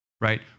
right